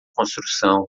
construção